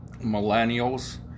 millennials